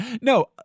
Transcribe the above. No